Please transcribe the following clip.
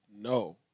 no